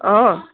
অঁ